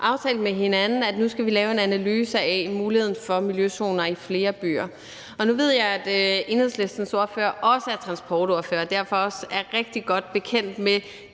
aftalt med hinanden, at vi nu skal lave en analyse af muligheden for at lave miljøzoner i flere byer. Nu ved jeg, at Enhedslistens ordfører også er transportordfører og derfor er rigtig godt bekendt med